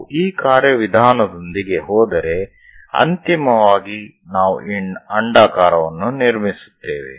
ನಾವು ಈ ಕಾರ್ಯವಿಧಾನದೊಂದಿಗೆ ಹೋದರೆ ಅಂತಿಮವಾಗಿ ನಾವು ಈ ಅಂಡಾಕಾರವನ್ನು ನಿರ್ಮಿಸುತ್ತೇವೆ